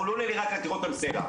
אנחנו לא נראה רק את רותם סלע.